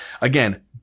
again